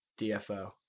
DFO